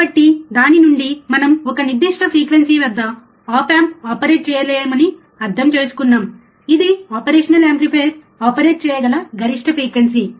కాబట్టి దాని నుండి మనం ఒక నిర్దిష్ట ఫ్రీక్వెన్సీ వద్ద ఆప్ ఆంప్ ఆపరేట్ చేయలేమని అర్థం చేసుకున్నాము ఇది ఆపరేషనల్ యాంప్లిఫైయర్ ఆపరేట్ చేయగల గరిష్ట ఫ్రీక్వెన్సీ